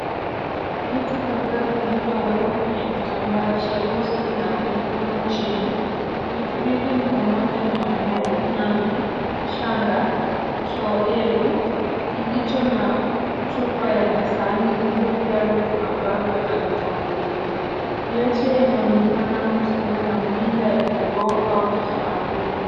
Vitu kadhaa vilivyowekwa kwenye kitambaa cheusi na nyekundu chini. Vitu hivi ni pamoja na mayai, nazi, shanga kioevu kilicho na chupa na sahani iliyojaa vitu ambavyo havitambuliwi vyote yanaonekana kuhusiana na mila ya kiroho na kitamaduni.